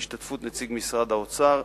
בהשתתפות נציג משרד האוצר,